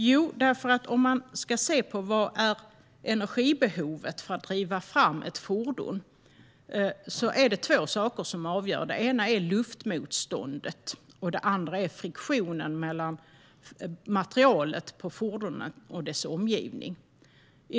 Jo, man kan se på energibehovet när det gäller att driva ett fordon. Det är två saker som avgör. Det ena är luftmotståndet. Det andra är friktionen mellan materialet på fordonet och dess omgivning.